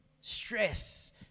stress